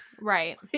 right